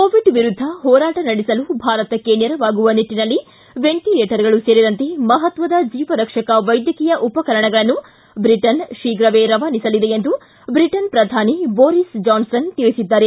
Covid ವಿರುದ್ಧ ಹೋರಾಟ ನಡೆಸಲು ಭಾರತಕ್ಕೆ ನೆರವಾಗುವ ನಿಟ್ಟನಲ್ಲಿ ವೆಂಟಲೇಟರ್ಗಳು ಸೇರಿದಂತೆ ಮಹತ್ವದ ಜೀವ ರಕ್ಷಕ ವೈದ್ಯಕೀಯ ಉಪಕರಣಗಳನ್ನು ಬ್ರಿಟನ್ ಶೀಘ್ರವೇ ರವಾನಿಸಲಿದೆ ಎಂದು ಬ್ರಿಟನ್ ಪ್ರಧಾನಿ ಬೋರಿಸ್ ಜಾನ್ಸನ್ ತಿಳಿಸಿದ್ದಾರೆ